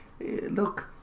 look